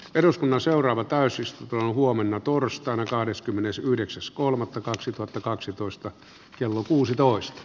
eduskunnan seuraava täysistunto huomenna torstaina kahdeskymmenesyhdeksäs kolmannetta kaksituhattakaksitoista kello kuusitoista